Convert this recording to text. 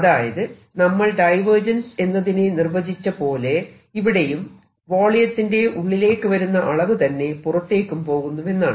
അതായത് നമ്മൾ ഡൈവേർജൻസ് എന്നതിനെ നിർവ്വചിച്ചപോലെ ഇവിടെയും വോളിയത്തിന്റെ ഉള്ളിലേക്ക് വരുന്ന അളവ് തന്നെ പുറത്തേക്കും പോകുന്നുവെന്നാണ്